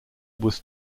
was